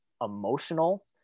emotional